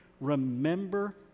remember